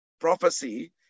prophecy